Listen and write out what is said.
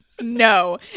no